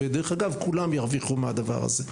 ודרך אגב, כולם ירוויחו מהדבר הזה.